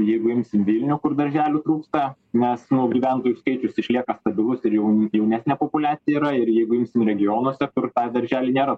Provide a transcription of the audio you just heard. jeigu imsim vilnių kur darželių trūksta mes nu gyventojų skaičius išlieka stabilus ir jau jaunesnė populiacija yra ir jeigu imsim regionuose kur tą darželį nėra